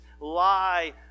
lie